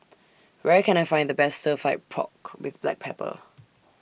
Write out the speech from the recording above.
Where Can I Find The Best Stir Fried Pork with Black Pepper